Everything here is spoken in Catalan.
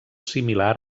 similar